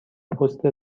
پست